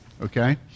Okay